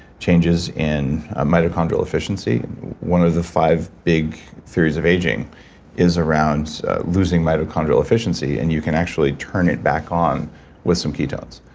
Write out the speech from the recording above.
changes in ah mitochondrial efficiency one of the five big fears of aging is around losing mitochondrial efficiency. and you can actually turn it back on with some keytones.